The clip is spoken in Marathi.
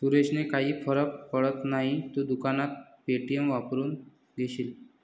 सुरेशने काही फरक पडत नाही, तू दुकानात पे.टी.एम वापरून घेशील